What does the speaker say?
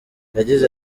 yagize